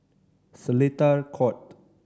Seletar Court